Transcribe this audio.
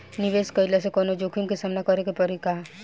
निवेश कईला से कौनो जोखिम के सामना करे क परि का?